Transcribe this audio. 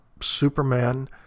Superman